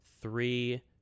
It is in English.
three